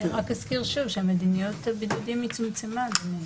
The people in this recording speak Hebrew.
רק אזכיר שוב שמדיניות הבידוד צומצמה, אדוני.